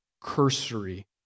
cursory